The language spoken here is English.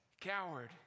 coward